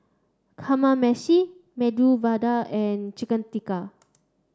Kamameshi Medu Vada and Chicken Tikka